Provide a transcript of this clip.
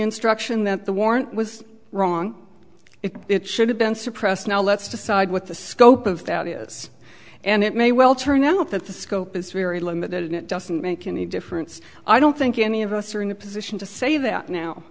instruction that the warrant was wrong it should have been suppressed now let's decide what the scope of that is and it may well turn out that the scope is very limited it doesn't make any difference i don't think any of us are in the position to say that now